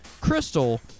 Crystal